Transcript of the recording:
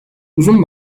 uzun